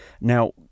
Now